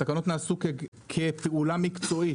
התקנות נעשו כפעולה מקצועית,